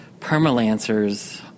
permalancers